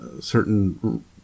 certain